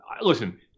listen